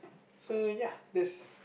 so ya that's